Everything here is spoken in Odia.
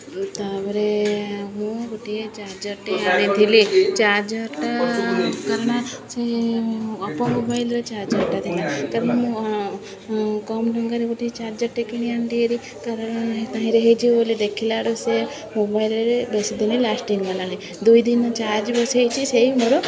ତା'ପରେ ମୁଁ ଗୋଟିଏ ଚାର୍ଜର୍ଟେ ଆଣିଥିଲି ଚାର୍ଜର୍ଟା କାରଣ ସେ ଅପୋ ମୋବାଇଲ୍ରେ ଚାର୍ଜର୍ଟା ଥିଲା ତେଣୁ ମୁଁ କମ୍ ଟଙ୍କାରେ ଗୋଟିଏ ଚାର୍ଜର୍ଟେ କିଣି ଆଣିଲି ହେରି କାରଣ ତାହିଁରେ ହୋଇଯିବ ବୋଲି ଦେଖିଲା ବେଳକୁ ସେ ମୋବାଇଲ୍ରେ ବେଶୀ ଦିନ ଲାଷ୍ଟିଂ ଗଲାନି ଦୁଇ ଦିନ ଚାର୍ଜ୍ ବସାଇଛି ସେଇ ମୋର